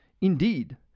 Indeed